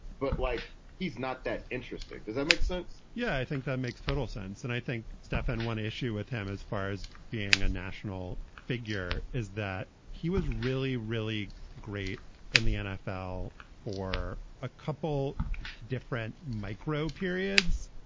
but like he's not that interesting. does that make sense? yeah, i think that makes total sense. and i think, stefan, one issue with him as far as being a national figure is that he was really, really great in the nfl for a couple different micro periods.